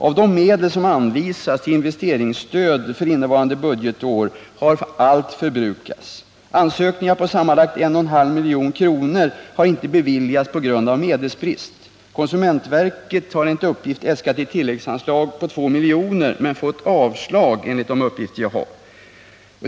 Av de medel som anvisats till investeringsstöd för innevarande budgetår har allt förbrukats. Ansökningar på sammanlagt 1,5 milj.kr. har inte beviljats på grund av medelsbrist. Konsumentverket har äskat ett tilläggsanslag på 2 milj.kr. men har, enligt de uppgifter jag erhållit, fått avslag på denna begäran.